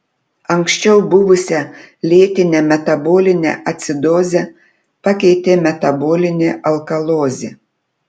anksčiau buvusią lėtinę metabolinę acidozę pakeitė metabolinė alkalozė